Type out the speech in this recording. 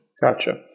gotcha